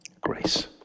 Grace